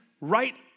right